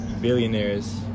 billionaires